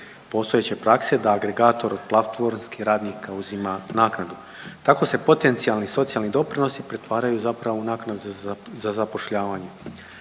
postojeće prakse da agregator platformski radnika uzima naknadno. Tako se potencijali socijalni doprinosi pretvaraju zapravo u naknadu za zapošljavanje.